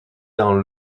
dans